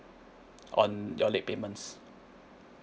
on your late payments